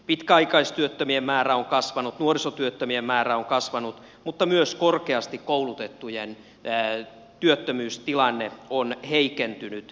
pitkäaikaistyöttömien määrä on kasvanut nuorisotyöttömien määrä on kasvanut mutta myös korkeasti koulutettujen työttömyystilanne on heikentynyt